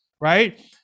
right